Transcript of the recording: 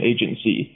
Agency